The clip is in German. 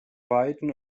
weiten